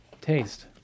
Taste